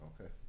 Okay